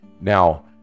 Now